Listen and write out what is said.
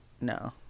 No